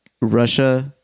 Russia